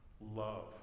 love